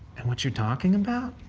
and what you're talking about?